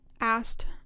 asked